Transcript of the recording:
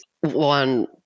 one